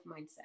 mindset